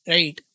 Right